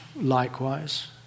likewise